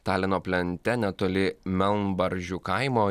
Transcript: talino plente netoli melnbaržių kaimo